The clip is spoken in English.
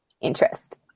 interest